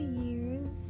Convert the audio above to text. years